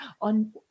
on